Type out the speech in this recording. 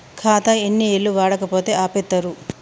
ఖాతా ఎన్ని ఏళ్లు వాడకపోతే ఆపేత్తరు?